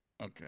Okay